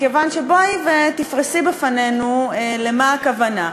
מכיוון שבואי ותפרסי בפנינו למה הכוונה.